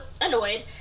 annoyed